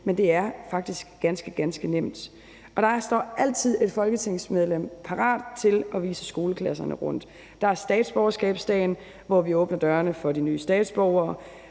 men det er faktisk ganske, ganske nemt, og der står altid et folketingsmedlem parat til at vise skoleklasserne rundt. Der er statsborgerskabsdagen, hvor vi åbner dørene for de nye statsborgere,